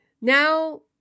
now